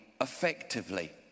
effectively